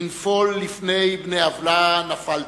כנפול לפני בני עוולה נפלת,